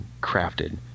crafted